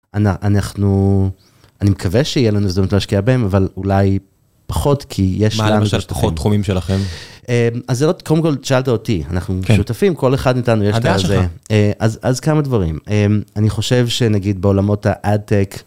אנחנו אני מקווה שיהיה לנו הזדמנות להשקיע בהם, אבל אולי פחות כי יש... מה למשל פחות תחומים שלכם? אז קודם כל שאלת אותי, אנחנו שותפים כל אחד מאיתנו יש לו איזה... יש לך אז אז כמה דברים אני חושב שנגיד בעולמות האדטק.